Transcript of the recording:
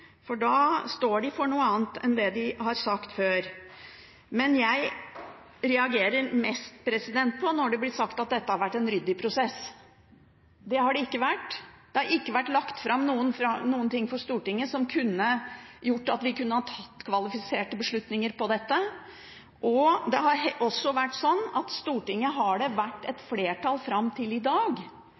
for da står de for noe annet enn det de har sagt før. Men det jeg reagerer mest på, er at det blir sagt at dette har vært en ryddig prosess. Det har det ikke vært. Det har ikke vært lagt fram noen ting for Stortinget som kunne gjort at vi kunne ha tatt kvalifiserte beslutninger om dette. I Stortinget har det fram til i dag vært et flertall for en annen løsning, og det har vært